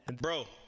Bro